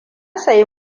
sayi